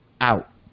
out